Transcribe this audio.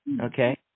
Okay